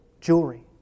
jewelry